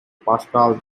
paschal